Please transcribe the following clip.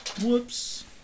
Whoops